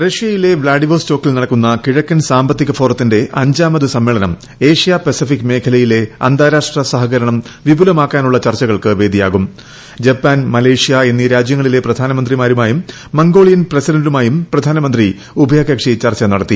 റഷ്യയിലെ വ്ളാഡിവസ്റ്റോക്കിൽ നടക്കുന്ന ക്വിഴുക്ക്ൻ സാമ്പത്തിക ഫോറത്തിന്റെ അഞ്ചാമത് സമ്മേളനം ഏഷ്യ പസഫിക് മേഖ്ലിയില്ല അന്താരാഷ്ട്ര സഹകരണം വിപുലമാക്കാനുള്ള ചർച്ചകൾക്ക് വേദിയുട്കുട്ട് ജപ്പാൻ മലേഷ്യ എന്നീ രാജ്യങ്ങളിലെ പ്രധാനമന്ത്രിമാരുമായും മുഗോളിയൻ പ്രസിഡന്റുമായും പ്രധാനമന്ത്രി ഉഭയകക്ഷി ചർച്ച നടത്തി